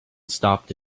stopped